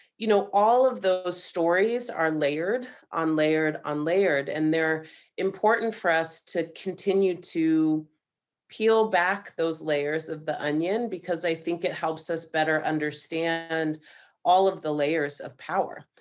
you know, all of those stories are layered on layered on layered. and they're important for us to continue to peel back those layers of the onion, because i think it helps us better understand and all of the layers of power.